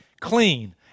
clean